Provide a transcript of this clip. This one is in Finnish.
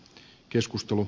keskustelu